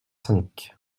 cinq